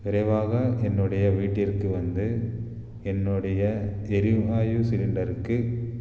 விரைவாக என்னுடைய வீட்டிற்கு வந்து என்னுடைய எரிவாயு சிலிண்டருக்கு